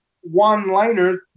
one-liners